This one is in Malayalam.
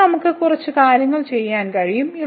ഇപ്പോൾ ഇവിടെ നമുക്ക് കുറച്ച് കാര്യങ്ങൾ ചെയ്യാൻ കഴിയും